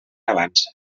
avança